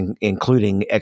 including